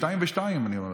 שניים ושניים, אני אומר לך.